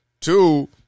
Two